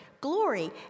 glory